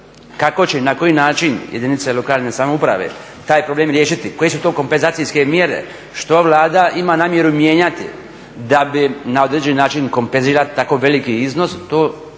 Kako će i na koji način jedinice lokalne samouprave taj problem riješiti, koje su to kompenzacijske mjere, što Vlada ima namjeru mijenjati da bi na određeni način kompenzirala tako veliki iznos to